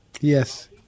Yes